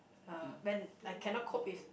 uh when I cannot cope with